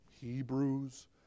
Hebrews